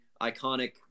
iconic